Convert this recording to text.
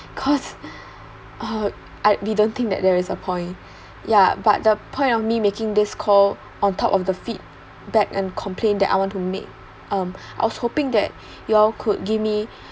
cause uh I we don't think that there is a point ya but the point of me making this call on top of the feedback and complaint that I want to make um I was hoping that y'all could give me